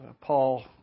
Paul